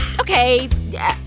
okay